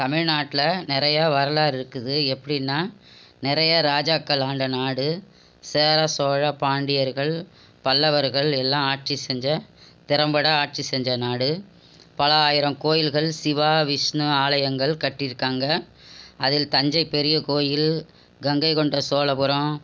தமிழ்நாட்டில் நிறையா வரலாறுக்குது எப்படின்னா நிறையா ராஜாக்கள் ஆண்ட நாடு சேர சோழ பாண்டியர்கள் பல்லவர்கள் எல்லாம் ஆட்ச்சி செஞ்ச திறம்பட ஆட்சி செஞ்ச நாடு பலாயிரம் கோயில்கள் சிவா விஷ்ணு ஆலயங்கள் கட்டிருக்காங்க அதில் தஞ்சை பெரிய கோயில் கங்கைகொண்ட சோழபுறம்